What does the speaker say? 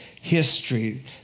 history